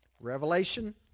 Revelation